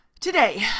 today